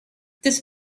this